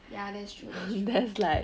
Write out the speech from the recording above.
ya that's true that's true